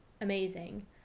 amazing